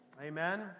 Amen